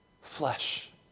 flesh